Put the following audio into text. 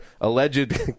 alleged